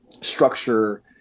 structure